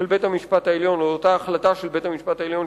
בית-המשפט העליון או לאותה החלטה של בית-המשפט העליון,